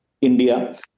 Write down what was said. India